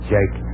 Jake